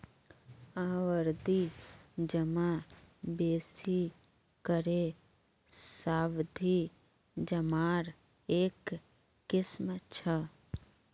आवर्ती जमा बेसि करे सावधि जमार एक किस्म छ